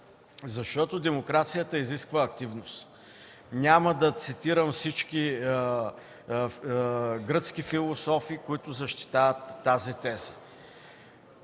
Демокрацията изисква активност. Няма да цитирам всички гръцки философи, които защитават тази теза.